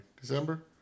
December